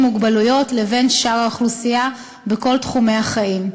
מוגבלויות לבין שאר האוכלוסייה בכל תחומי החיים.